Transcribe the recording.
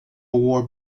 war